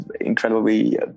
incredibly